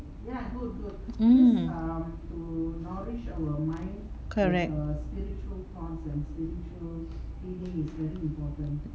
mm correct